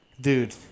dude